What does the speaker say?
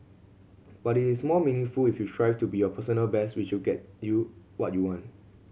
but it is more meaningful if you strive to be your personal best which will get you what you want